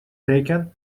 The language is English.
taken